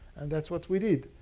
and that's what we did.